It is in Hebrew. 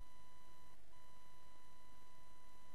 רבות